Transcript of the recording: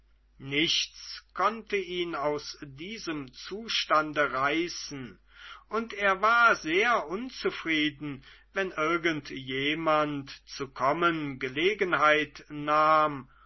nichts konnte ihn aus diesem zustande reißen und er war sehr unzufrieden wenn irgend jemand zu kommen gelegenheit nahm